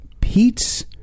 pete's